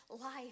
life